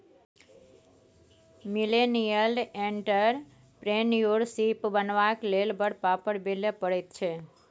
millennial entrepreneurship बनबाक लेल बड़ पापड़ बेलय पड़ैत छै